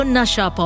Nasha